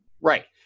right